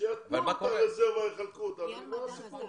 שייקחו אתך הרזרבה, יחלקו אותה ונגמר הסיפור.